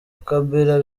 kabiri